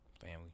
family